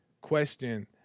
question